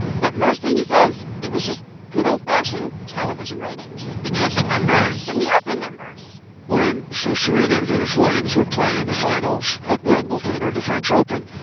but mostly, he says, it was just good, old-fashioned television ratings the nielsen numbers the nielsen numbers when so serena and venus williams were playing in the finals at wimbledon or the french open,